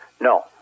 No